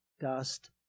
dust